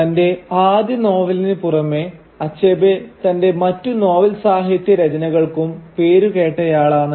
തന്റെ ആദ്യ നോവലിന് പുറമേ അച്ഛബേ തന്റെ മറ്റു നോവൽസാഹിത്യ രചനകൾക്കും പേരുകേട്ടയാളാണ്